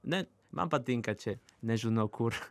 ne man patinka čia nežinau kur